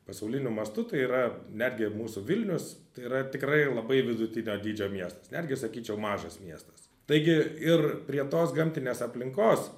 pasauliniu mastu tai yra netgi mūsų vilnius tai yra tikrai labai vidutinio dydžio miestas netgi sakyčiau mažas miestas taigi ir prie tos gamtinės aplinkos